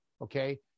Okay